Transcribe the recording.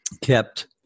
kept